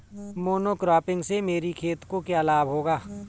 Monocropping से मेरी खेत को क्या लाभ होगा?